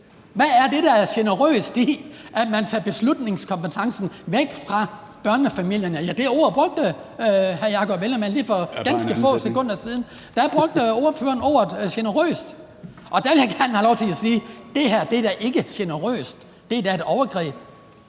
Hvad er det, der er generøst ved, at man tager beslutningskompetencen væk fra børnefamilierne? Ja, det ord brugte hr. Jakob Ellemann-Jensen lige for ganske få sekunder siden – ordføreren brugte ordet generøst – og der vil jeg gerne have lov til at sige, at det her da ikke er generøst. Men det er da et overgreb.